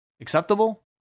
Acceptable